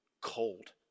cold